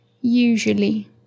Usually